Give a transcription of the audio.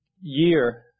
year